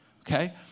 okay